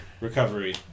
recovery